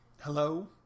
hello